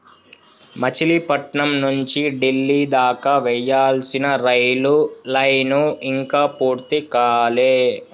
మచిలీపట్నం నుంచి డిల్లీ దాకా వేయాల్సిన రైలు లైను ఇంకా పూర్తి కాలే